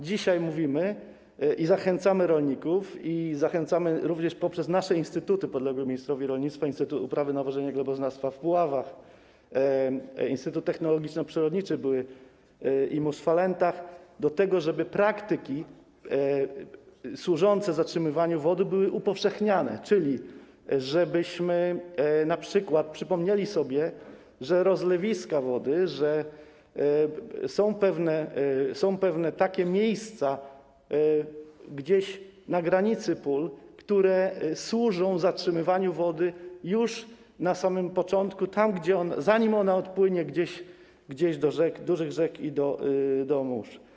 Dzisiaj mówimy o tym i zachęcamy rolników, zachęcamy również poprzez nasze instytuty podległe ministrowi rolnictwa: Instytut Uprawy, Nawożenia i Gleboznawstwa w Puławach, Instytut Technologiczno-Przyrodniczy w Falentach, do tego, żeby praktyki służące zatrzymywaniu wody były upowszechniane, czyli żebyśmy np. przypomnieli sobie, że rozlewiska wody... że są pewne takie miejsca gdzieś na granicy pól, które służą zatrzymywaniu tam wody już na samym początku, zanim ona odpłynie do dużych rzek i do mórz.